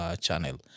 channel